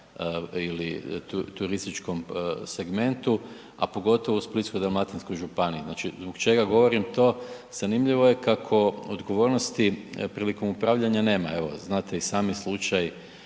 ili turističkog segmentu a pogotovo u Splitsko-dalmatinskoj županiji. Znači zbog čega govorim to? Zanimljivo je kako odgovornosti prilikom upravljanja nema, evo znate i sami slučaj